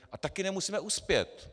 A také nemusíme uspět.